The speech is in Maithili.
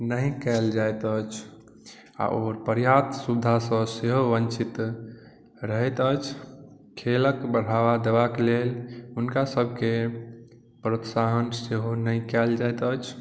नहि कयल जाइत अछि आ ओ पर्याप्त सुविधासँ सेहो वञ्चित रहैत अछि खेलक बढ़ावा देबाक लेल हुनका सबके प्रोत्साहन सेहो नहि कयल जाइत अछि